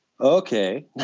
Okay